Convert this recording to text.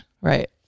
Right